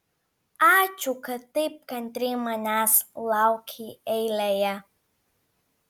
ačiū kad taip kantriai manęs laukei eilėje